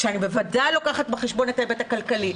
כשאני בוודאי לוקחת בחשבון את ההיבט הכלכלי,